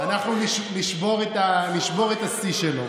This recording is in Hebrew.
אנחנו נשבור את השיא שלו.